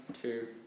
two